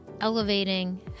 elevating